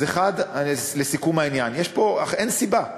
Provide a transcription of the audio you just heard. אז לסיכום העניין: אין סיבה.